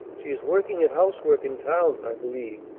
she is working at housework in town, i believe.